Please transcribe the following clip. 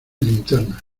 linternas